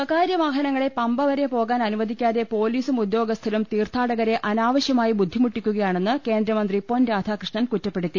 സ്വകാര്യ വാഹനങ്ങളെ പമ്പവരെ പോകാൻ അനുവദിക്കാതെ പൊലീസും ഉദ്യോഗസ്ഥരും തീർത്ഥാടകരെ അനാവശ്യമായി ബുദ്ധിമുട്ടിക്കുകയാണെന്ന് കേന്ദ്രമന്ത്രി പൊൻരാധാകൃഷ്ണൻ കുറ്റപ്പെടുത്തി